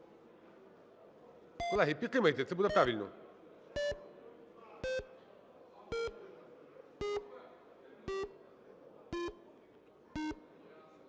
Колеги, підтримайте це буде правильно.